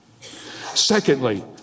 Secondly